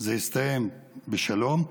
זה הסתיים בשלום.